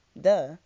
Duh